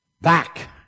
back